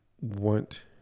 want